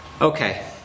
Okay